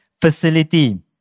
Facility